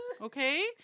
Okay